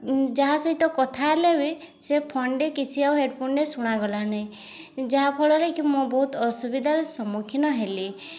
ଯାହା ସହିତ କଥା ହେଲେ ବି ସେ ଫୋନ୍ଟି କିଛି ଆଉ ହେଡ଼ଫୋନ୍ରେ ଶୁଣା ଗଲା ନାହିଁ ଯାହାଫଳରେ କି ମୁଁ ବହୁତ ଅସୁବିଧାର ସମ୍ମୁଖୀନ ହେଲି